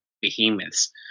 behemoths